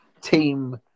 Team